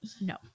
No